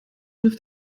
hilft